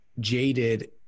jaded